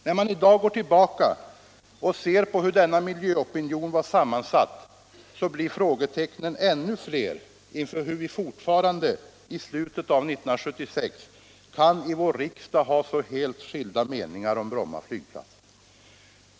När man i dag går tillbaka och ser på hur denna miljöopinion var sammansatt, så blir frågetecknen ännu fler inför hur vi fortfarande, i slutet av 1976, kan i vår riksdag ha så helt skilda meningar om Bromma flygplats.